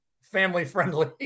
family-friendly